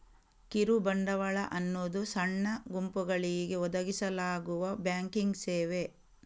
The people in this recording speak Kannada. ಕಿರು ಬಂಡವಾಳ ಅನ್ನುದು ಸಣ್ಣ ಗುಂಪುಗಳಿಗೆ ಒದಗಿಸಲಾಗುವ ಬ್ಯಾಂಕಿಂಗ್ ಸೇವೆ